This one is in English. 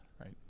right